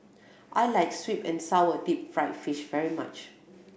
I like sweet and sour deep fried fish very much